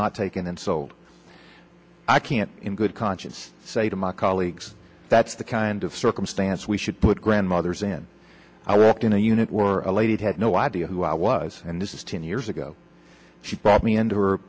not taken and so i can't in good conscience say to my colleagues that's the kind of circumstance we should put grandmothers in i walked in a unit elated had no idea who i was and this is ten years ago she brought